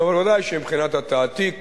ודאי שמבחינת התעתיק